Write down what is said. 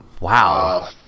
wow